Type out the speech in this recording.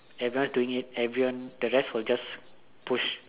everyone is doing it everyone the rest will just push